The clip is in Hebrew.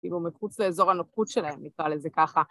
אם הוא מחוץ לאזור הנוחות שלהם נקרא לזה ככה.